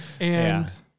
And-